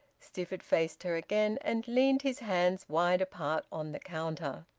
stifford faced her again, and leaned his hands wide apart on the counter.